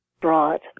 brought